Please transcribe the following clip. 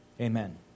amen